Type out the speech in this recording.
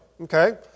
Okay